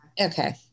okay